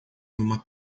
numa